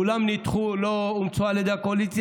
כולן נדחו, לא אומצו על ידי הקואליציה.